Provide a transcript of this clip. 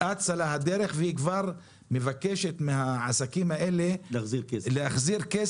אצה לה הדרך והיא כבר מבקשת מהעסקים האלה להחזיר כסף,